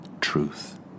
truth